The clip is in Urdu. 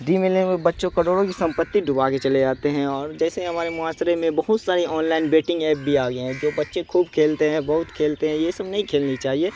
ڈریم الیون بچوں کروڑوں کی سمپتی ڈبا کے چلے جاتے ہیں اور جیسے ہمارے معاشرے میں بہت ساری آن لائن بیٹنک ایپ بھی آ گئے ہیں جو بچے خوب کھیلتے ہیں بہت کھیلتے ہیں یہ سب نہیں کھیلنی چاہیے